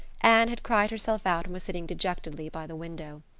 anne had cried herself out and was sitting dejectedly by the window.